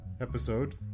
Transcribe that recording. episode